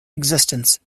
existence